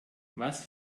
was